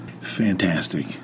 Fantastic